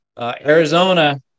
Arizona